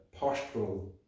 postural